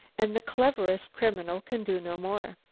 and the cleverest criminal can do no more.